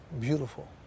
beautiful